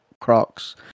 Crocs